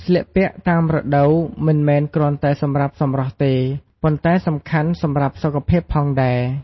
ស្លៀកពាក់តាមរដូវមិនមែនគ្រាន់តែសម្រាប់សម្រស់ទេ ប៉ុន្តែសំខាន់សម្រាប់សុខភាពផងដែរ។